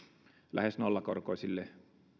lähes nollakorkoisilla